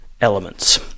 elements